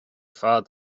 fad